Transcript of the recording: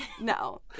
No